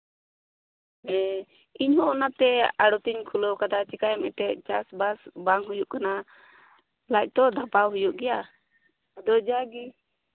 ᱦᱮᱸ ᱤᱧ ᱦᱚᱸ ᱚᱱᱟᱛᱮ ᱟᱲᱚᱛᱤᱧ ᱠᱷᱩᱞᱟᱹᱣ ᱠᱟᱫᱟ ᱪᱮᱠᱟᱭᱟᱢ ᱮᱱᱛᱮᱫ ᱪᱟᱥᱵᱟᱥ ᱵᱟᱝ ᱦᱩᱭᱩᱜ ᱠᱟᱱᱟ ᱞᱟᱡᱽ ᱛᱚ ᱫᱷᱟᱯᱟᱣ ᱦᱩᱭᱩᱜ ᱜᱮᱭᱟ ᱟᱫᱚ ᱡᱟᱜᱮ